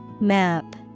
Map